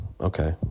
Okay